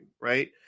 right